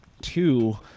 two